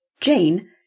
Jane